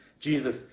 Jesus